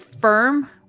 FIRM